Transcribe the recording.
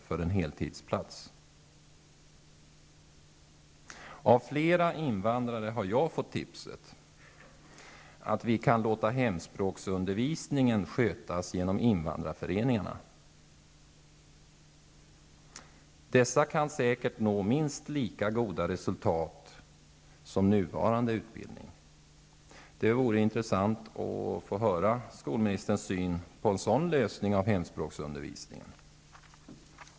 för en heltidsplats. Av flera invandrare har jag fått tipset att vi kan låta hemspråksundervisningen skötas genom invandrarföreningarna. Dessa kan säkert nå minst lika goda resultat som nuvarande utbildning. Det vore intressant att få höra skolministerns syn på en sådan lösning av hemspråksundervisningen.